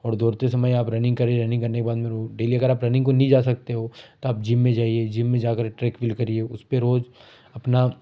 और दौड़ते समय आप रनिंग करिए रनिंग करने के बाद में वो डेली अगर आप रनिंग को नहीं जा सकते हो तो आप जिम में जाइए जिम में जाकर ट्रेडमिल करिए उस पर रोज अपना